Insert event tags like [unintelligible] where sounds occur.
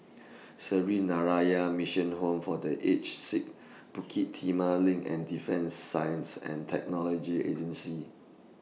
[noise] Sree [unintelligible] Mission Home For The Aged Sick Bukit Timah LINK and Defence Science and Technology Agency